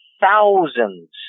thousands